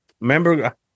remember